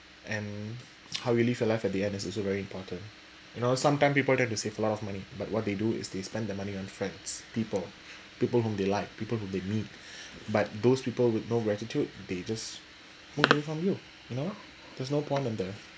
and how you live your life at the end is also very important you know sometime people tend to save a lot of money but what they do is they spend their money on friends people people whom they like people whom they meet but those people with no gratitude they just move away from you know there's no point on them